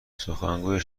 سخنگوی